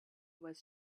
was